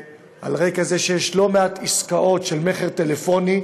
רקע זה שיש לא מעט עסקאות של מכר טלפוני,